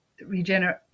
regenerate